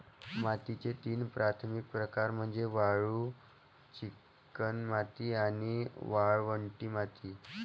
मातीचे तीन प्राथमिक प्रकार म्हणजे वाळू, चिकणमाती आणि वाळवंटी माती